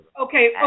okay